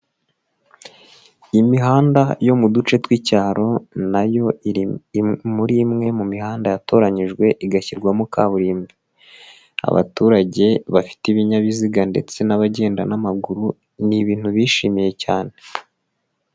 Imihanda yo mu duce tw'icyaro nayo muri imwe mu mihanda yatoranyijwe, igashyirwamo kaburimbo. Abaturage bafite ibinyabiziga ndetse n'abagenda n'amaguru, ni ibintu bishimiye cyane.